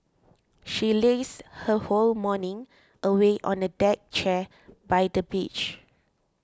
she lazed her whole morning away on a deck chair by the beach